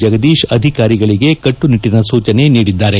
ಜಗದೀಶ್ ಅಧಿಕಾರಿಗಳಿಗೆ ಕಟ್ಟುನಿಟ್ಟಿನ ಸೂಚನೆ ನೀಡಿದ್ದಾರೆ